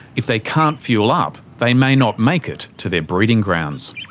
if they can't fuel up, they may not make it to their breeding grounds.